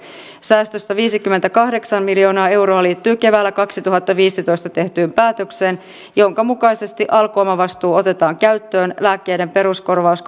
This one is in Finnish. säästöistä viisikymmentäkahdeksan miljoonaa euroa liittyy keväällä kaksituhattaviisitoista tehtyyn päätökseen jonka mukaisesti alkuomavastuu otetaan käyttöön lääkkeiden peruskorvaus